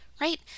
right